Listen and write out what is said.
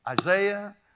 Isaiah